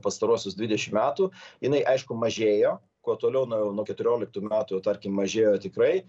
pastaruosius dvidešim metų jinai aišku mažėjo kuo toliau nuo nuo keturioliktų metų jau tarkim mažėjo tikrai